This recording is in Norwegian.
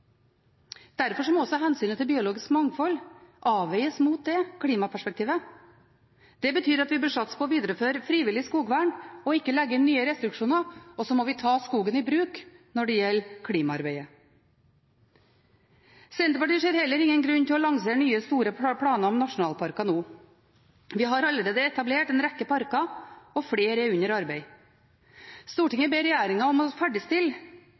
Derfor må også hensynet til biologisk mangfold avveies mot klimaperspektivet. Det betyr at vi bør satse på å videreføre frivillig skogvern og ikke legge inn nye restriksjoner, og så må vi ta skogen i bruk når det gjelder klimaarbeidet. Senterpartiet ser heller ingen grunn til å lansere nye, store planer om nasjonalparker nå. Vi har allerede etablert en rekke parker, og flere er under arbeid. Stortinget ber regjeringen ferdigstille det arbeidet. I den forbindelse vil jeg sterkt anmode statsråden om å